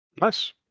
nice